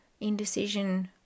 indecision